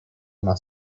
una